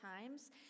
times